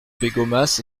pégomas